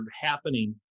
happening